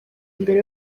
mbere